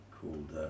called